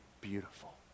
beautiful